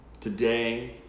today